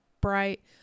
Bright